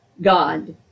God